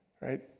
Right